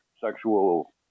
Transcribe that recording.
sexual